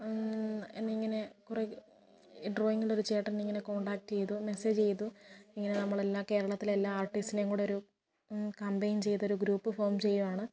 എന്നെ ഇങ്ങനെ കുറെ ഡ്രോയിങ്ങിലൊരു ചേട്ടൻ ഇങ്ങനെ കോൺടാക്ട് ചെയ്തു മെസ്സേജ് ചെയ്തു ഇങ്ങനെ നമ്മളെല്ലാ കേരളത്തിലെ എല്ലാ ആർട്ടിസ്റ്റിനേം കൂടെ ഒരു കമ്പൈൻ ചെയ്തൊരു ഗ്രൂപ്പ് ഫോം ചെയ്യുവാണ്